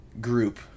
group